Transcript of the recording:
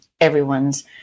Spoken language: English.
everyone's